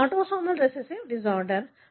ఇది autosomal recessive disorder